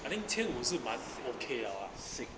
I think 千五是蛮 okay liao lah